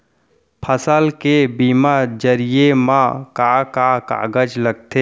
फसल के बीमा जरिए मा का का कागज लगथे?